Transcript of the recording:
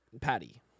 patty